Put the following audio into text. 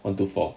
one two four